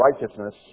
righteousness